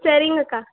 சரிங்கக்கா